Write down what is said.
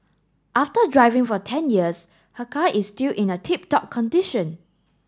after driving for ten years her car is still in a tip top condition